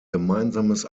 gemeinsames